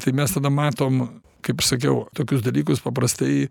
tai mes tada matom kaip aš sakiau tokius dalykus paprastai